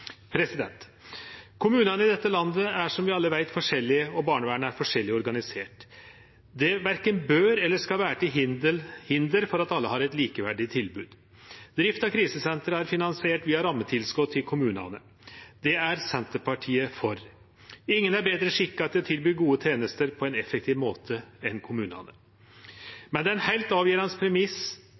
Kommunane i dette landet er som vi alle veit, forskjellige, og barnevernet er forskjellig organisert. Det verken bør eller skal vere til hinder for at alle har eit likeverdig tilbod. Drifta av krisesentra er finansiert via rammetilskot til kommunane. Det er Senterpartiet for. Ingen er betre skikka til å tilby gode tenester på ein effektiv måte enn kommunane, men det er ein heilt avgjerande premiss